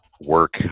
work